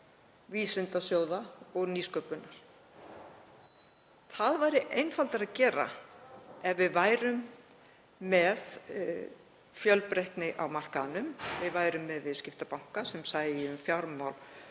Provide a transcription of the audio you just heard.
vísindasjóða og nýsköpunar. Það væri einfaldara að gera ef við værum með fjölbreytni á markaðnum, ef við værum með viðskiptabanka sem sæju um fjármál